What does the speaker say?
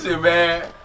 man